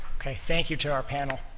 okay. thank you to our panel.